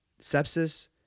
sepsis